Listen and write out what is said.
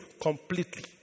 completely